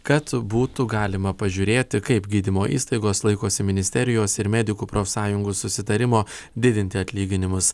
kad būtų galima pažiūrėti kaip gydymo įstaigos laikosi ministerijos ir medikų profsąjungų susitarimo didinti atlyginimus